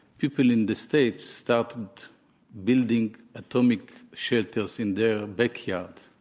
people in the states started building atomic shelters in their back yards.